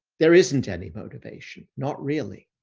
there isn't any motivation, not really,